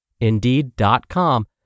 Indeed.com